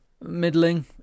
Middling